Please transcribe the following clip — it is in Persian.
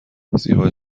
زیبا